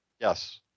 Yes